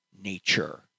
nature